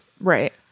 Right